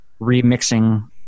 remixing